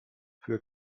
für